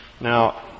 Now